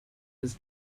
his